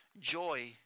Joy